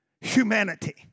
humanity